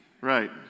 Right